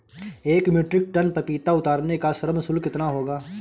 एक metric ton पपीता उतारने का श्रम शुल्क कितना होगा?